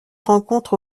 rencontre